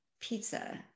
pizza